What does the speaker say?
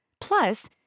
Plus